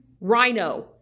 rhino